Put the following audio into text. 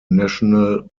national